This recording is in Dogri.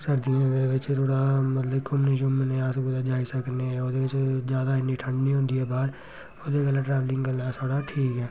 सर्दियें बिच्च थोह्ड़ा मतलब कि घूमने शूमने अस कुदै जाई सकने ओह्दे बिच्च ज्यादा इन्नी ठंड नी होंदी बाह्र ओह्दे कन्नै ट्रैवलिंग करना साढ़ा ठीक ऐ